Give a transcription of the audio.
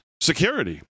security